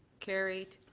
carried.